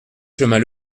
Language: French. chemin